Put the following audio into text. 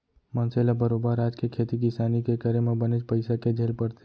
मनसे ल बरोबर आज के खेती किसानी के करे म बनेच पइसा के झेल परथे